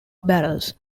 barrels